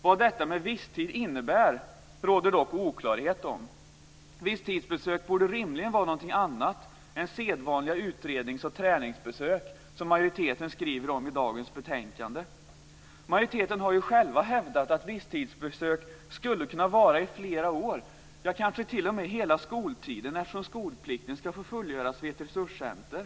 Vad "visstid" innebär råder det dock osäkerhet om. Visstidsbesök borde rimligen vara något annat än sedvanliga utrednings och träningsbesök, som majoriteten skriver om i dagens betänkande. Majoriteten har själv hävdat att visstidsbesök skulle kunna vara i flera år eller kanske t.o.m. hela skoltiden, eftersom skolplikten ska få fullgöras vid ett resurscentrum.